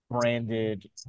branded